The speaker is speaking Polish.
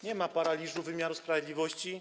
Nie ma paraliżu wymiaru sprawiedliwości.